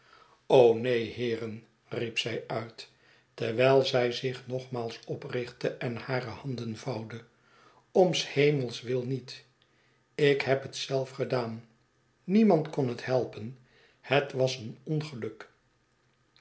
neen heeren riep zij uit terwijlzij zich nogmaals oprichtte en hare handen vouwde om s hemels wil niet ik heb het zelf gedaan niemand kon het helpen het was een ongeluk